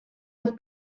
los